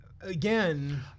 again